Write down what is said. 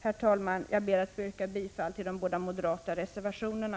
Herr talman! Jag ber att få yrka bifall till de båda moderata reservationerna.